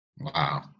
Wow